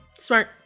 Smart